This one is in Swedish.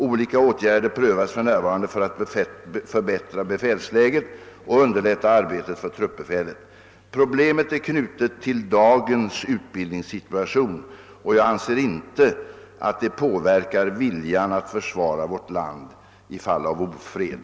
Olika åtgärder prövas för närvarande för att förbättra befälsläget och underlätta arbetet för truppbefälet. Problemet är knutet till dagens utbildningssituation, och jag anser inte att det påverkar viljan att försvara vårt land i fall av ofred.